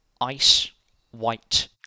ice-white